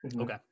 okay